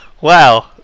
Wow